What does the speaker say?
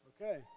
Okay